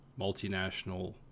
multinational